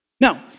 Now